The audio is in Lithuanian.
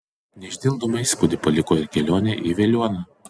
neišdildomą įspūdį paliko ir kelionė į veliuoną